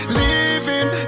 living